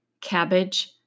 cabbage